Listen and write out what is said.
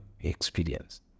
experience